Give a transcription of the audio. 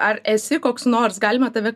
ar esi koks nors galima tave